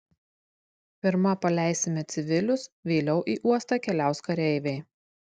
pirma paleisime civilius vėliau į uostą keliaus kareiviai